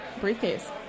briefcase